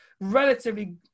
relatively